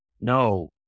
No